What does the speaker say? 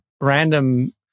random